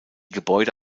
gebäude